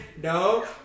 no